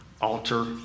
altar